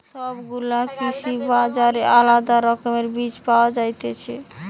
সব গুলা কৃষি বাজারে আলদা রকমের বীজ পায়া যায়তিছে